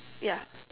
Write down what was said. yeah